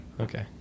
okay